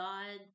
God